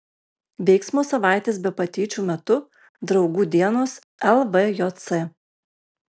veiksmo savaitės be patyčių metu draugų dienos lvjc